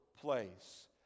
place